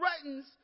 threatens